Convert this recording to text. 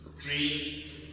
Three